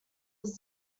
was